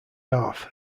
half